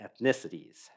ethnicities